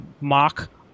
mock